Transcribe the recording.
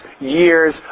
years